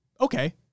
Okay